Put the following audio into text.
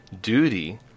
duty